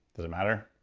does it matter?